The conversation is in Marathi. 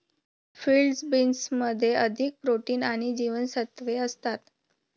फील्ड बीन्समध्ये अधिक प्रोटीन आणि जीवनसत्त्वे असतात